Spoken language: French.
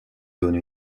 donne